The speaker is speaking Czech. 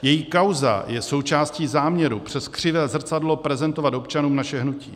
Její kauza je součástí záměru přes křivé zrcadlo prezentovat občanům naše hnutí.